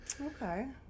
Okay